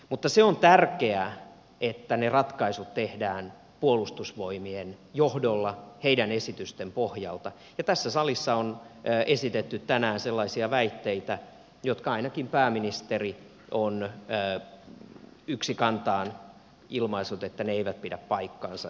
mutta se on tärkeää että ne ratkaisut tehdään puolustusvoimien johdolla heidän esitystensä pohjalta ja tässä salissa on esitetty tänään sellaisia väitteitä joista ainakin pääministeri on yksikantaan ilmaissut että ne eivät pidä paikkaansa